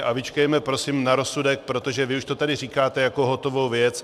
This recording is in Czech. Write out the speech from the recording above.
A vyčkejme prosím na rozsudek, protože vy už to tady říkáte jako hotovou věc.